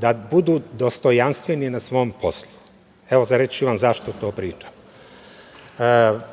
da budu dostojanstveni na svom poslu. Evo, reći ću vam zašto to pričam.